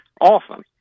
often